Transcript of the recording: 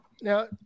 Now